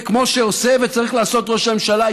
וכמו שעושה וצריך לעשות ראש הממשלה,